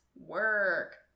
Work